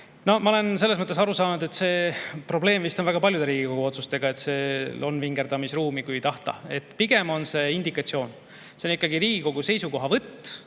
Ma olen aru saanud, et see probleem vist on väga paljude Riigikogu otsustega, et on vingerdamisruumi, kui tahta. Pigem on see indikatsioon. See on ikkagi Riigikogu seisukohavõtt